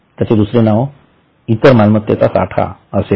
त्याचे दुसरे नाव इतर मालमत्तेचा साठा असे आहे